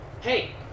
Hey